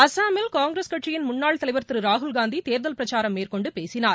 அஸ்ஸாமில் காங்கிரஸ் கட்சியின் முன்னாள் தலைவர் திரு ராகுல்காந்தி தேர்தல் பிரச்சாரம் மேற்கொண்டு பேசினார்